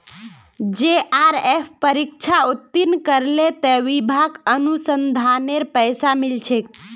JRF परीक्षा उत्तीर्ण करले त विभाक अनुसंधानेर पैसा मिल छेक